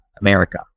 america